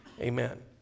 amen